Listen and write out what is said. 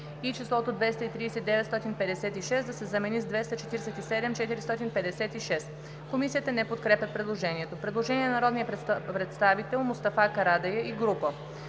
и числото „230 956“ да се замени с „ 247 456“.“ Комисията не подкрепя предложението. Предложение на народния представител Мустафа Карадайъ и група